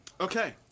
Okay